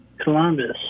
Columbus